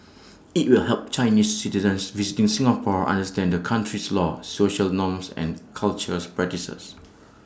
IT will help Chinese citizens visiting Singapore understand the country's laws social norms and cultures practices